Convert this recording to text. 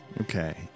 Okay